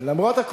למרות ההישגים.